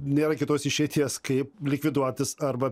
nėra kitos išeities kaip likviduotis arba